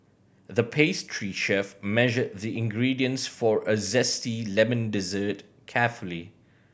the pastry chef measured the ingredients for a zesty lemon dessert carefully